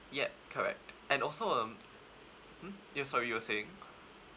yup correct and also um mm yes sorry you were saying